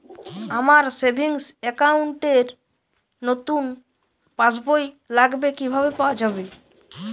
আমার savings account র নতুন পাসবই লাগবে কিভাবে পাওয়া যাবে?